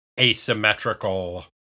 asymmetrical